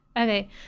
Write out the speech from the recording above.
Okay